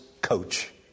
coach